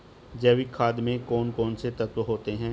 जैविक खाद में कौन कौन से तत्व होते हैं?